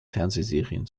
fernsehserien